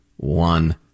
One